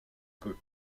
peu